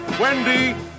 Wendy